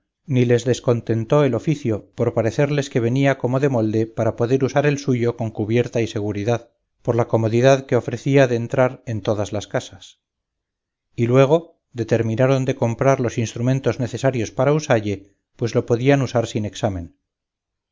ni les descontentó el oficio por parecerles que venía como de molde para poder usar el suyo con cubierta y seguridad por la comodidad que ofrecía de entrar en todas las casas y luego determinaron de comprar los instrumentos necesarios para usalle pues lo podían usar sin examen